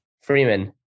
Freeman